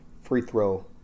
free-throw